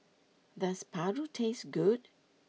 does Paru taste good